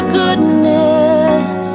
goodness